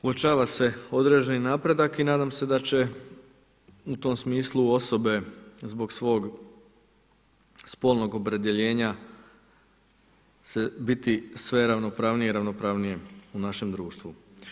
Uočava se određeni napredak i nadam se da će u tom smislu osobe zbog svog spolnog opredjeljenja biti sve ravnopravnije i ravnopravnije u našem društvu.